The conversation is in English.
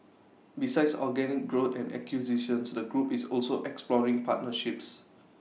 besides organic growth and acquisitions the group is also exploring partnerships